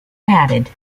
added